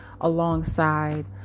alongside